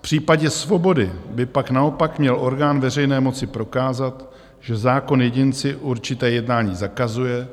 V případě svobody by pak naopak měl orgán veřejné moci prokázat, že zákon jedinci určité jednání zakazuje,